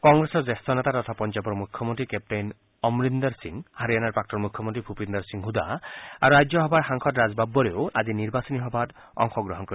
কংগ্ৰেছৰ জ্যেষ্ঠ নেতা তথা পঞ্জাবৰ মুখ্যমন্ত্ৰী কেপ্তেইন অমৰিন্দৰ সিং হাৰিয়াণাৰ প্ৰাক্তন মুখ্যমন্ত্ৰী ভূপিন্দৰ সিং হুদা আৰু ৰাজ্যসভাৰ সাংসদ ৰাজ বাব্বৰে আজি নিৰ্বাচনী সভাত অংশগ্ৰহণ কৰিব